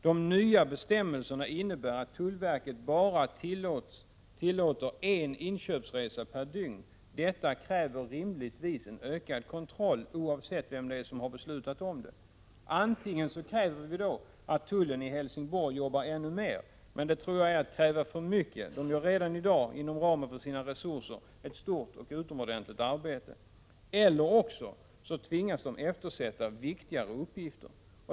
De nya bestämmelserna, som innebär att tullverket bara tillåter en inköpsresa per dygn, kräver rimligtvis ökad kontroll, oavsett vem det är som har beslutat om dem. Antingen kräver vi då att tullen i Helsingborg jobbar ännu mer — men det tror jag är att kräva för mycket. Den gör redan i dag inom ramen för sina resurser ett stort och utomordentligt arbete. Eller också tvingas tullen eftersätta viktigare uppgifter.